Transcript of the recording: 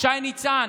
שי ניצן.